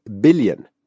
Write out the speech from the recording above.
billion